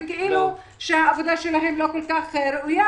וכאילו העבודה שלהם לא ראויה,